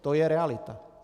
To je realita.